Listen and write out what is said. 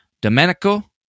Domenico